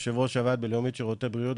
יושב ראש הוועדה בלאומית שירותי בריאות,